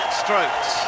strokes